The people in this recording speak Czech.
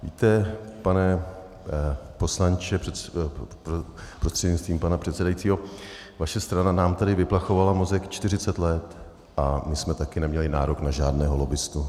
Víte, pane poslanče prostřednictvím pana předsedajícího, vaše strana nám tady vyplachovala mozek 40 let a my jsme taky neměli nárok na žádného lobbistu.